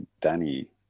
Danny